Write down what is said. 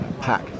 pack